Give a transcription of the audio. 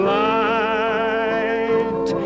light